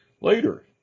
Later